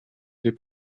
des